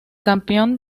campeón